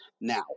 Now